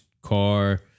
car